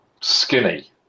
skinny